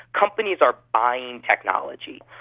companies are buying technology.